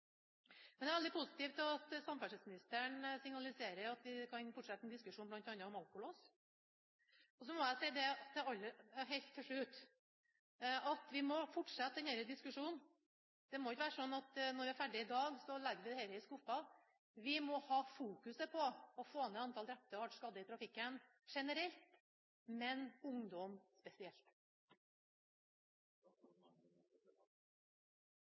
Men det er veldig positivt at samferdselsministeren signaliserer at vi kan fortsette en diskusjon, bl.a. om alkolås. Helt til slutt må jeg si at vi må fortsette denne diskusjonen. Det må ikke være sånn at når vi er ferdig i dag, legger vi dette i skuffen. Vi må fokusere på å få ned antallet drepte og skadde i trafikken generelt, men når det gjelder ungdom spesielt. Ein debatt som denne gjev både høve til å oppklara, dersom det er såkalla sanningar som har